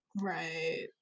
right